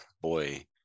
boy